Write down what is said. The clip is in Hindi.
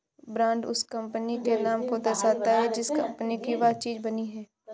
ब्रांड उस कंपनी के नाम को दर्शाता है जिस कंपनी की वह चीज बनी है